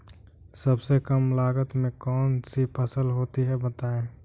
सबसे कम लागत में कौन सी फसल होती है बताएँ?